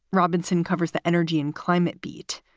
robinson covers the energy and climate beat,